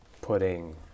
putting